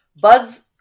Bud's